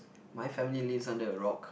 my family lives under a rock